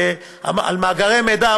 על מאגרי מידע,